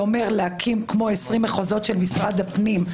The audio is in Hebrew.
זה אומר הקמה של כמו 20 מחוזות של משרד הפנים,